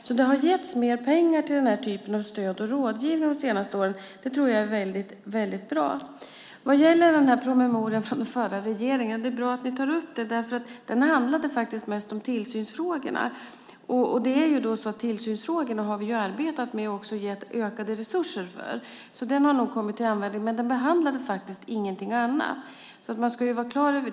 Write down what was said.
Det har alltså getts mer pengar till den här typen av stöd och rådgivning de senaste åren. Det tror jag är väldigt bra. Det är bra att ni tar upp den här promemorian från den förra regeringen. Den handlade faktiskt mest om tillsynsfrågorna. Vi har ju arbetat med tillsynsfrågorna. Vi har också gett ökade resurser för dem. Så den har nog kommit till användning. Men den behandlade faktiskt ingenting annat. Det ska man vara klar över.